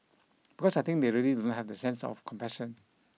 because I think they really do not have that sense of compassion